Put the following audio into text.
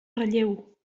relleu